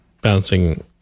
bouncing